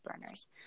burners